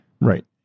Right